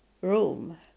room